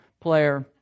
player